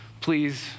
please